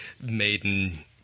maiden